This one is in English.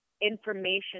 information